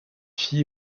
fille